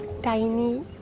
tiny